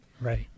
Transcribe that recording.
Right